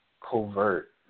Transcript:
covert